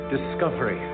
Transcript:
Discovery